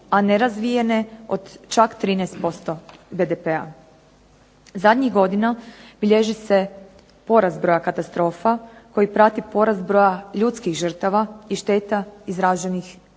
a nerazvijene od čak 13% BDP-a. Zadnjih godina bilježi se porast broja katastrofa koji prati porast broja ljudskih žrtava i šteta izraženih u novcu.